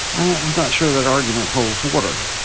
i'm not sure that argument holds water.